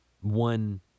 one